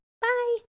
Bye